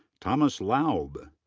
thomas laub.